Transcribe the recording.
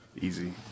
easy